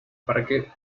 parque